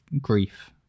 grief